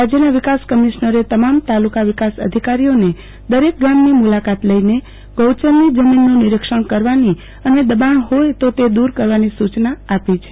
રાજ્યના વિકાસ કમિશ્નરે તમામ તાલુકા વિકાસ અધિકારીઓને દરેક ગામની મુલાકાત લઈને જમીનનું નીરીક્ષણ કરવાની દબાણ જોય તો તે દુર કરવાની સુચના આપી છે